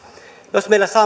jos meillä